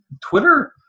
Twitter